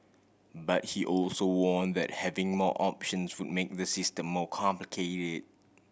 but he also warn that having more options would make the system more complicated